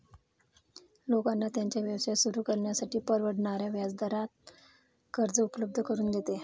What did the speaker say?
लोकांना त्यांचा व्यवसाय सुरू करण्यासाठी परवडणाऱ्या व्याजदरावर कर्ज उपलब्ध करून देते